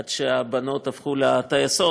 עד שהבנות הפכו טייסות.